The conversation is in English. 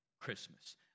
Christmas